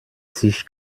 sich